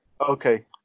Okay